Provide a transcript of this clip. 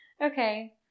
okay